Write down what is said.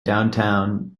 downtown